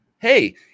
Hey